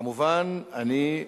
כמובן, אני,